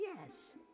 Yes